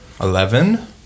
Eleven